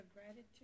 gratitude